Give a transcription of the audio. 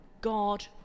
God